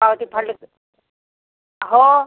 पावती फाडली हो